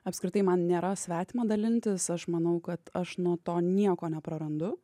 apskritai man nėra svetima dalintis aš manau kad aš nuo to nieko neprarandu